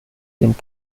dem